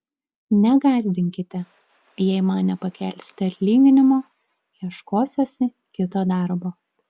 negąsdinkite jei man nepakelsite atlyginimo ieškosiuosi kito darbo